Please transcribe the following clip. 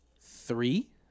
three